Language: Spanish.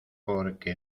porque